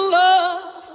love